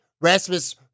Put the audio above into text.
Rasmus